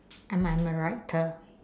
and I'm a writer